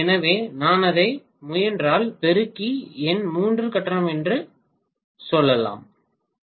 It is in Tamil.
எனவே நான் அதை மூன்றால் பெருக்கி என் மூன்று கட்டம் என்று சொல்லலாம்